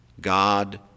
God